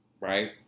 right